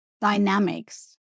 dynamics